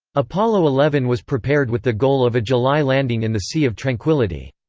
apollo eleven was prepared with the goal of a july landing in the sea of tranquility.